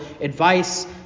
advice